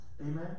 Amen